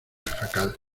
jacal